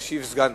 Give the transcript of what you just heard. ישראל מסכנת